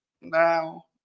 Now